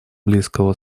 близкого